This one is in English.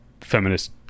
feminist